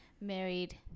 Married